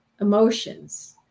emotions